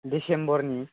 डिसेम्बरनि